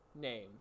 name